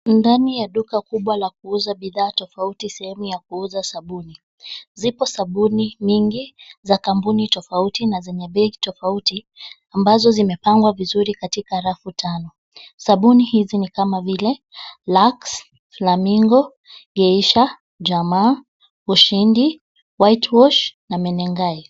Ndani ya duka kubwa la kuuza bidhaa tofauti; sehemu ya kuuza sabuni. Zipo sabuni mingi za kampuni tofauti na zenye bei tofauti ambazo zimepangwa vizuri katika rafu tano. Sabuni hizi ni kama vile: lux, flamingo, geisha, jamaa, ushindi, whitewash na menengai.